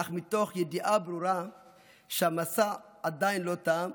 אך מתוך ידיעה ברורה שהמסע עדיין לא תם,